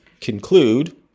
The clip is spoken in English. conclude